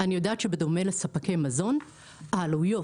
אני יודעת שבדומה לספקי מזון העלויות